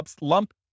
lump